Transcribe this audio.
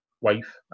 wife